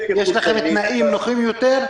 יש לכם תנאים נוחים יותר?